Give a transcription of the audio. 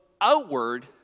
outward